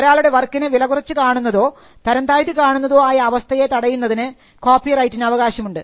ഒരാളുടെ വർക്കിനെ വിലകുറച്ചു കാണുന്നതോ തരംതാഴ്ത്തി കാണുന്നതോ ആയ അവസ്ഥയെ തടയുന്നതിന് കോപ്പിറൈറ്റിന് അവകാശമുണ്ട്